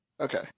Okay